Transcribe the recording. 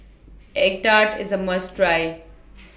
Egg Tart IS A must Try